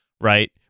right